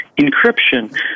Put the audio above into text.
encryption